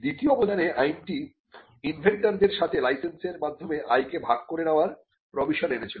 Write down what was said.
দ্বিতীয় অবদানে আইনটি ইনভেন্টরদের সাথে লাইসেন্সের মাধ্যমে আয়কে ভাগ করে নেবার প্রভিশন এনেছিল